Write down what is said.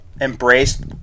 embraced